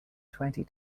twenty